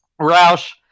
Roush